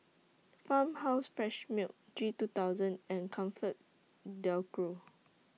Farmhouse Fresh Milk G two thousand and ComfortDelGro